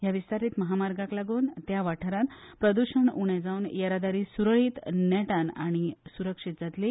ह्या विस्तारीत म्हामार्गाक लागून त्या वाठारांत प्रद्शण उणे जावन येरादारी सुरळीत नेटान आनी सुरक्षीत जातली